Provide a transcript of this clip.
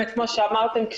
כמו שאמרתם,